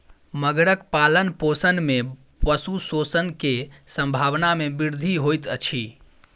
मगरक पालनपोषण में पशु शोषण के संभावना में वृद्धि होइत अछि